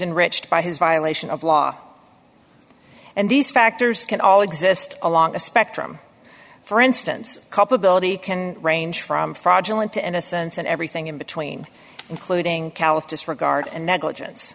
rich by his violation of law and these factors can all exist along a spectrum for instance culpability can range from fraudulent to innocence and everything in between including callous disregard and negligence